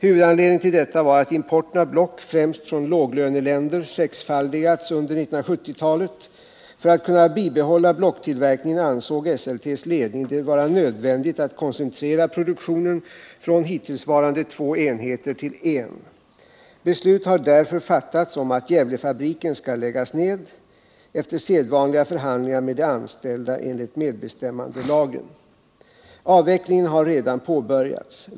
Huvudanledningen till detta var att importen av block, främst från låglöneländer, sexfaldigats under 1970-talet. För att kunna bibehålla blocktillverkningen ansåg Esseltes ledning det vara nödvändigt att koncentrera produktionen från hittillsvarande två enheter till en. Beslut har därför fattats om att Gävlefabriken skall läggas ned, vilket skett efter sedvanliga förhandlingar med de anställda enligt medbestämmandelagen. Avvecklingen har redan påbörjats.